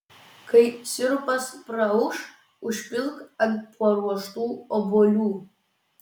kai sirupas praauš užpilk ant paruoštų obuolių